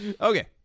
Okay